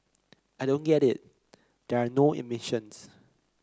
I don't get it there are no emissions